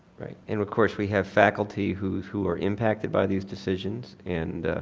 right. and of course we have faculty who who are impacted by these decisions and